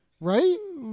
Right